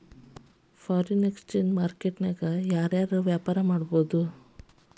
Foreign exchange market ನ್ಯಾಗ ಯಾರ್ ಯಾರ್ ವ್ಯಾಪಾರಾ ಮಾಡ್ಬೊದು?